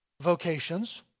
vocations